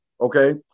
Okay